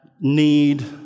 need